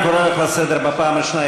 אני קורא אותך לסדר פעם שנייה.